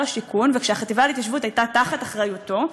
השיכון וכשהחטיבה להתיישבות הייתה תחת אחריותו,